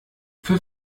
für